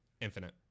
Infinite